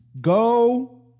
go